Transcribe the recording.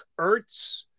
Ertz